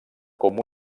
com